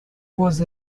was